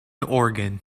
organ